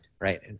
Right